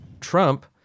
Trump